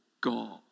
God